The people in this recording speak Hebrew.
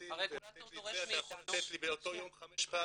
ולתת לי --- אתה יכול לתת לי באותו יום חמש פעמים,